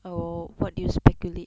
or what do you speculate